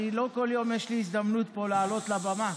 לא כל יום יש לי הזדמנות פה לעלות לבמה.